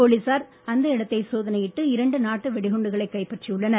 போலீசார் அந்த இடத்தை சோதனையிட்டு இரண்டு நாட்டு வெடிகுண்டுகளை கைப்பற்றி உள்ளனர்